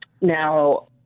Now